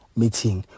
meeting